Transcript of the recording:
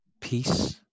peace